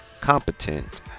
competent